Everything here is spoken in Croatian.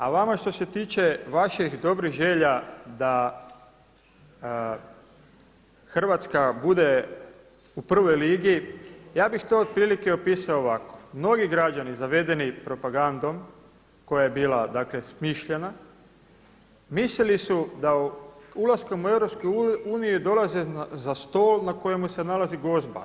A vama što se tiče vaših dobrih želja da Hrvatska bude u prvoj ligi, ja bih to otprilike opisao ovako, mnogi građani zavedeni propagandom koja je bila dakle smišljena, mislili su da ulaskom u Europsku uniju dolaze za stol na kojemu se nalazi gozba.